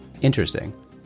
Interesting